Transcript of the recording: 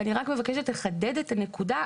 ואני רק מבקשת לחדד את הנקודה,